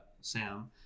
Sam